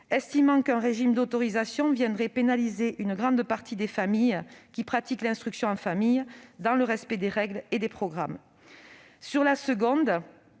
estimant que ce dernier viendrait pénaliser une grande partie des familles qui pratiquent l'instruction en famille dans le respect des règles et des programmes. Par ailleurs,